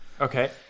Okay